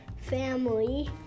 family